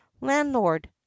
landlord